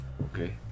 Okay